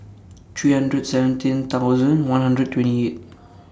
three hundred seventeen thousand one hundred twenty eight